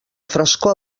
frescor